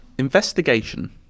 Investigation